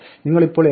നിങ്ങളിപ്പോൾ f2